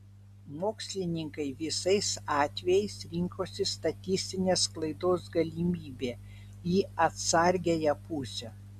mokslininkai visais atvejais rinkosi statistinės klaidos galimybę į atsargiąją pusę